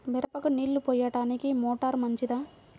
మిరపకు నీళ్ళు పోయడానికి మోటారు మంచిదా?